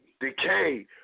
decay